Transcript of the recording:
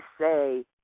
say